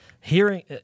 hearing